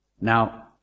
Now